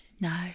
no